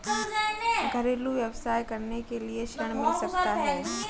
घरेलू व्यवसाय करने के लिए ऋण मिल सकता है?